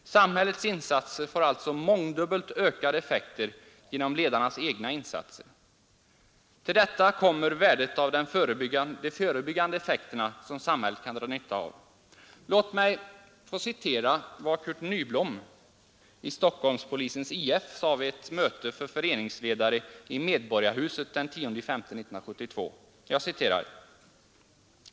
Samhällets insatser får alltså mångdubbelt ökade effekter genom ledarnas egna insatser. Till detta kommer värdet av de förebyggande effekterna, som samhället kan dra nytta av. Låt mig få citera vad Curt Nyblom i Stockholmspolisens IF sade vid ett möte för föreningsledare i Medborgarhuset den 10 maj 1972.